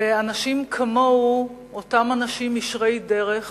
ואנשים כמוהו, אותם אנשים ישרי דרך,